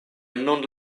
nun